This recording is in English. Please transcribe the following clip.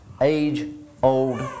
age-old